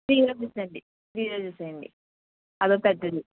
three roses అండి three roses అండి అదో పెద్దది